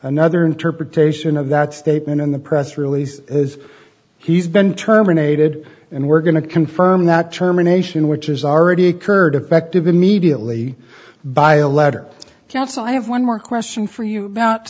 another interpretation of that statement in the press release as he's been terminated and we're going to confirm that terminations which is already occurred effective immediately by a letter yes i have one more question for you about